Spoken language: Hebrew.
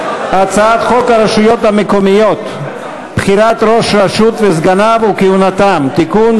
להצעת חוק הרשויות המקומיות (בחירת ראש הרשות וסגניו וכהונתם) (תיקון,